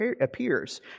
appears